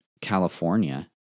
California